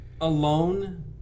alone